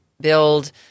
build